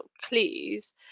clues